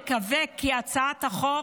נקווה כי הצעת החוק,